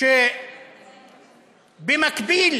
שבמקביל